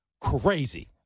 crazy